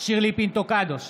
שירלי פינטו קדוש,